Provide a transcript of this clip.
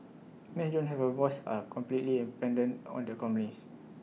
maids don't have A voice are completely dependent on their companies